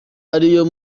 ariyo